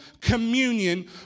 communion